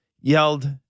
yelled